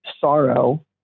sorrow